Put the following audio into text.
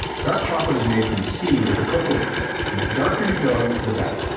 dark chocolate is made from the seed of the cocoa tree and the darker you go the better.